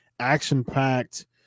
action-packed